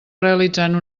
realitzant